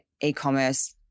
e-commerce